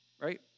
right